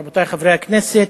רבותי חברי הכנסת,